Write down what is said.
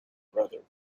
brother